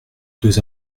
deux